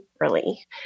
early